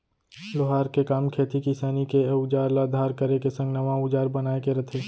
लोहार के काम खेती किसानी के अउजार ल धार करे संग नवा अउजार बनाए के रथे